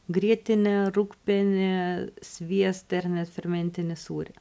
grietinę rūgpienį sviestą ar net fermentinį sūrį